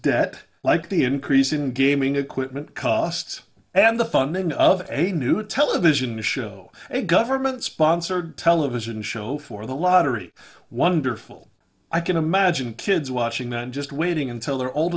debt like the increase in gaming equipment costs and the funding of a new television show a government sponsored television show for the lottery wonderful i can imagine kids watching that just waiting until they're old